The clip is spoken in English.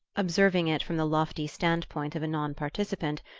observing it from the lofty stand-point of a non-participant,